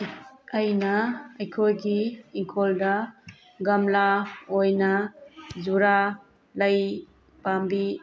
ꯑꯩꯅ ꯑꯩꯈꯣꯏꯒꯤ ꯏꯪꯈꯣꯜꯗ ꯒꯝꯂꯥ ꯑꯣꯏꯅ ꯖꯨꯔꯥ ꯂꯩ ꯄꯥꯝꯕꯤ